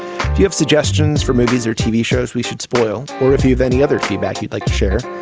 you have suggestions for movies or tv shows, we should spoil or if you've any other feedback you'd like to share.